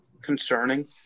concerning